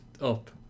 up